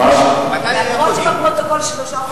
אף-על-פי שבפרוטוקול שלושה חודשים,